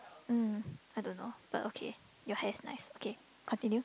um I don't know but okay your hair is nice okay continue